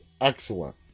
excellent